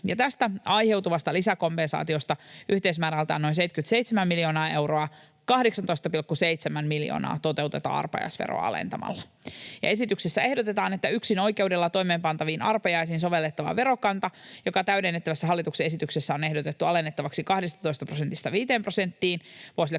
Tästä aiheutuvasta lisäkompensaatiosta, yhteismäärältään noin 77 miljoonaa euroa, 18,7 miljoonaa toteutetaan arpajaisveroa alentamalla. Esityksessä ehdotetaan, että yksinoikeudella toimeenpantaviin arpajaisiin sovellettava verokanta, joka täydennettävässä hallituksen esityksessä on ehdotettu alennettavaksi 12 prosentista 5 prosenttiin vuosille